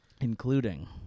Including